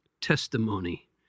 testimony